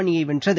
அணியை வென்றது